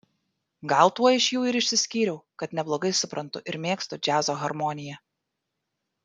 gal tuo iš jų ir išsiskyriau kad neblogai suprantu ir mėgstu džiazo harmoniją